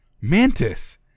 mantis